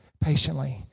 patiently